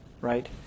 right